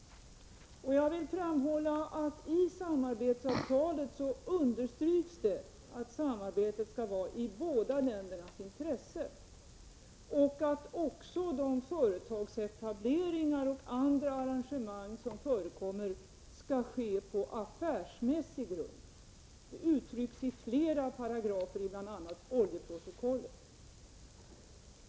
Jag vill också framhålla att det i samarbetsavtalet understryks att samarbetet skall vara i båda ländernas intresse och att också de företagsetableringar och andra arrangemang som förekommer skall ske på affärsmässiga grunder. Detta uttrycks i flera paragrafer i bl.a. oljeprotokollet.